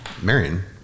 Marion